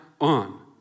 on